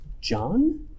John